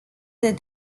that